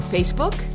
Facebook